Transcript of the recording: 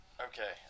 Okay